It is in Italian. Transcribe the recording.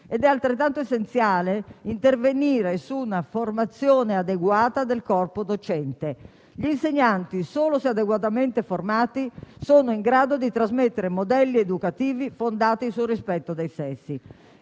È altrettanto essenziale intervenire su una formazione adeguata del corpo docente: solo se adeguatamente formati gli insegnanti sono in grado di trasmettere modelli educativi fondati sul rispetto dei sessi.